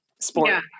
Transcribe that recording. sport